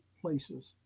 places